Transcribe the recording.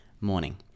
morning